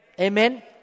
Amen